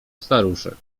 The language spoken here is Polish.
staruszek